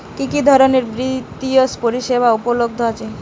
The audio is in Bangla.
কি কি ধরনের বৃত্তিয় পরিসেবা উপলব্ধ আছে?